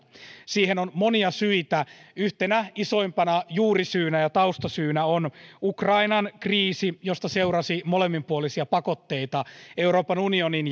siihen on monia syitä yhtenä isoimpana juurisyynä ja taustasyynä on ukrainan kriisi josta seurasi molemminpuolisia pakotteita euroopan unionin